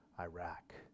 Iraq